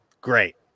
great